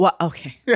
Okay